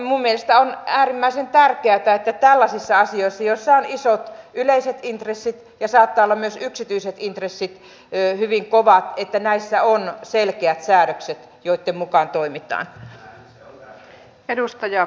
minun mielestäni on äärimmäisen tärkeätä että tällaisissa asioissa joissa on isot yleiset intressit ja saattavat olla myös yksityiset intressit hyvin kovat on selkeät säädökset joitten mukaan toimitaan